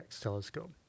telescope